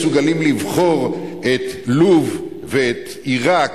מסוגלים לבחור את לוב ואת עירק